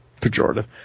pejorative